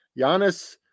Giannis